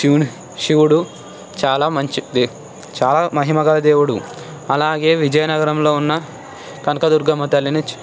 శివుడు చాలా మంచిది చాలా మహిమగల దేవుడు అలాగే విజయనగరంలో ఉన్న కనకదుర్గమ్మ తల్లిని